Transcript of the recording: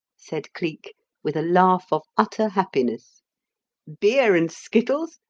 said cleek with a laugh of utter happiness beer and skittles?